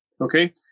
Okay